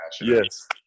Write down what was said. Yes